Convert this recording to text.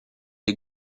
lès